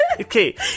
okay